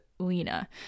lena